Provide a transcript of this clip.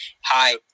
hi